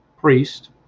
priest